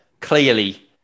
clearly